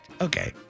Okay